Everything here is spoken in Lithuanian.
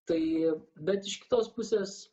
tai bet iš kitos pusės